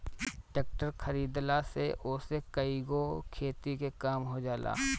tractor खरीदला से ओसे कईगो खेती के काम हो जाला